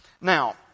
Now